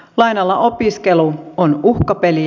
lainalla opiskelu on uhkapeliä